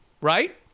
right